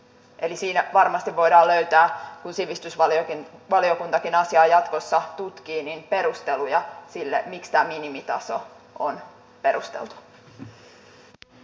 eli siinä varmasti voidaan löytää kun sivistysvaliokuntakin asiaa jatkossa tutkii perusteluja sille miksi tämä minimitaso on perusteltu